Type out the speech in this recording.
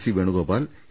C Venugopal A